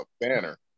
banner